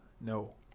no